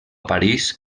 parís